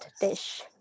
dish